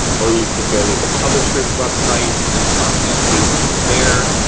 or you could go to the publisher's website and copy and paste from there,